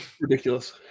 Ridiculous